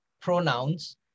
pronouns